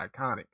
iconic